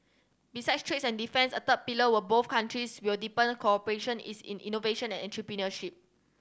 besides trades and defence a third pillar were both countries will deepen cooperation is in innovation and entrepreneurship